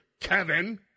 Kevin